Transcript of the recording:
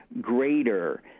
greater